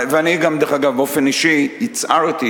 ואני גם, דרך אגב, באופן אישי, הצהרתי,